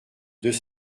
deux